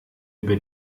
über